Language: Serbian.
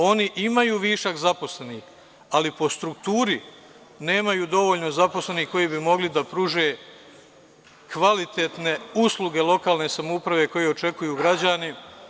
Oni imaju višak zaposlenih, ali po strukturi nemaju dovoljno zaposlenih koji bi mogli da pruže kvalitetne usluge lokalne samouprave koji očekuju građani.